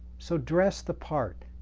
so dress the part.